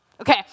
Okay